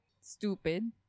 stupid